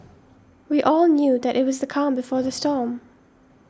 we all knew that it was the calm before the storm